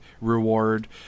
reward